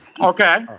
Okay